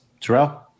Terrell